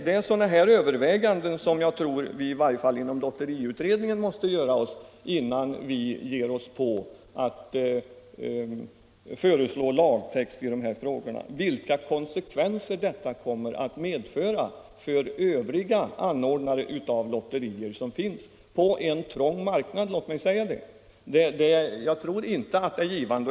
Det är sådana överväganden som i varje fall vi i lotteriutredningen måste göra innan vi föreslår lagtext i dessa frågor. Jag undrar vilka konsekvenser detta skulle medföra för övriga anordnare av lotterier på en trång marknad. Jag tror inte att det skulle vara en givande verksamhet.